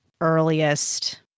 earliest